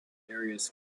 areas